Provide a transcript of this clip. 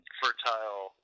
fertile